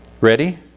Ready